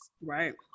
Right